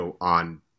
on